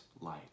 light